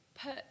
put